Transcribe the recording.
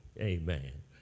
Amen